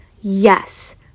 Yes